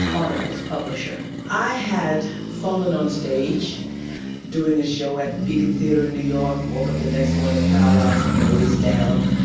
audible's publisher i had fallen onstage doing a show at the beacon theatre in new york and woke up the next morning paralyzed from the waist down.